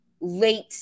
late –